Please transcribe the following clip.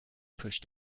pushed